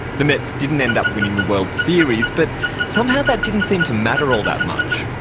the mets didn't end up winning the world series, but somehow that didn't seem to matter all that much.